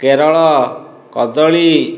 କେରଳ କଦଳୀ